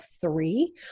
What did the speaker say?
three